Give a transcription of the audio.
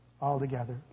altogether